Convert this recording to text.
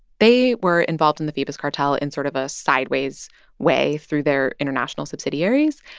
they were involved in the phoebus cartel in sort of a sideways way through their international subsidiaries.